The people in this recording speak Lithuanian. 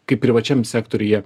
kaip privačiam sektoriuje